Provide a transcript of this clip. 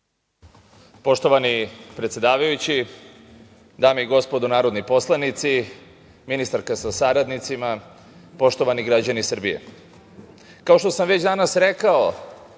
Poštovani predsedavajući, dame i gospodo narodni poslanici, ministarka sa saradnicima, poštovani građani Srbije, kao što sam već danas rekao